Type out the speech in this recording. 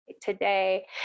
today